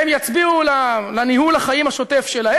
הן יצביעו על ניהול החיים השוטף שלהן.